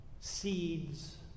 Seeds